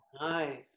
nice